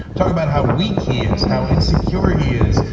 talk about how weak he is, how insecure he is,